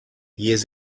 years